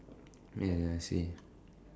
ya I see